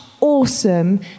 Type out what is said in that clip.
awesome